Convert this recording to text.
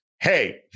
Hey